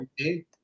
Okay